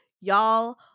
Y'all